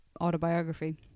autobiography